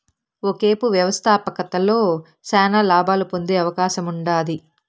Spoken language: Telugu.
ఒకేపు వ్యవస్థాపకతలో శానా లాబాలు పొందే అవకాశముండాది